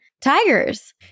tigers